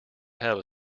have